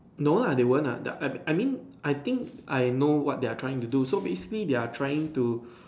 no lah they won't lah they are I mean I think I know what they are trying to do so basically they are trying to